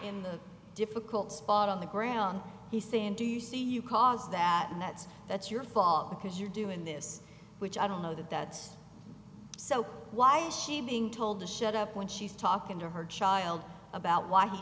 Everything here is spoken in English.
in the difficult spot on the ground he's saying do you see you cause that and that's that's your fault because you're doing this which i don't know that that's so why is she being told to shut up when she's talking to her child about why he